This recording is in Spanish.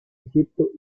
egipto